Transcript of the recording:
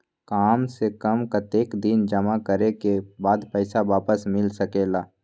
काम से कम कतेक दिन जमा करें के बाद पैसा वापस मिल सकेला?